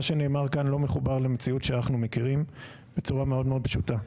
מה שנאמר כאן לא מחובר למציאות שאנחנו מכירים בצורה מאוד פשוטה.